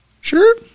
Sure